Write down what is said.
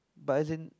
but as in